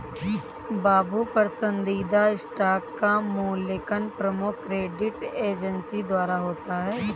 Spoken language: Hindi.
बाबू पसंदीदा स्टॉक का मूल्यांकन प्रमुख क्रेडिट एजेंसी द्वारा होता है